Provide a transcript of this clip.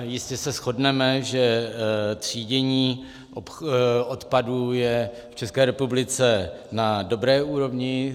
Jistě se shodneme, že třídění odpadu je v České republice na dobré úrovni.